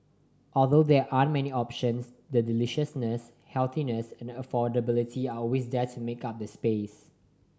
although there aren't many options the deliciousness healthiness and affordability are always there to make up the space